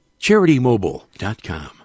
CharityMobile.com